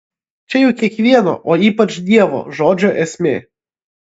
čia juk kiekvieno o ypač dievo žodžio esmė